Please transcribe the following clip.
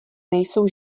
nejsou